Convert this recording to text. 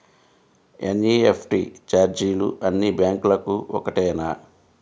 NEFT ఛార్జీలు అన్నీ బ్యాంక్లకూ ఒకటేనా?